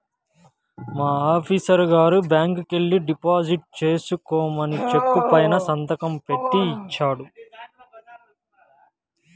మా ఆఫీసరు గారు బ్యాంకుకెల్లి డిపాజిట్ చేసుకోమని చెక్కు పైన సంతకం బెట్టి ఇచ్చాడు